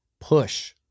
push